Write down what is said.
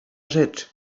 rzecz